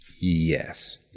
Yes